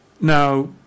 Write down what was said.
Now